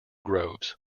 groves